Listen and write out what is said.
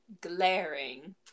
glaring